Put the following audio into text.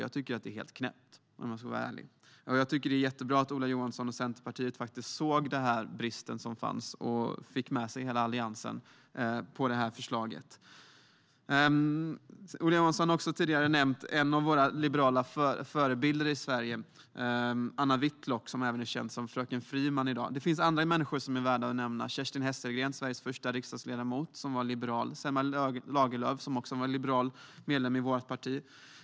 Jag tycker att det är helt knäppt, om jag ska vara ärlig. Jag tycker att det är jättebra att Ola Johansson och Centerpartiet faktiskt såg den brist som fanns och fick med sig hela Alliansen på detta förslag. Ola Johansson har tidigare också nämnt en av våra liberala förebilder i Sverige, nämligen Anna Whitlock, som i dag även är känd som fröken Friman. Det finns även andra människor som är värda att nämna, bland andra Kerstin Hesselgren, som var Sveriges första kvinnliga riksdagsledamot och liberal och Selma Lagerlöf, som också var liberal och medlem i vårt parti.